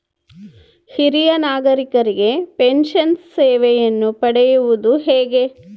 ಹಿರಿಯ ನಾಗರಿಕರಿಗೆ ಪೆನ್ಷನ್ ಸೇವೆಯನ್ನು ಪಡೆಯುವುದು ಹೇಗೆ?